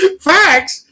Facts